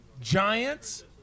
Giants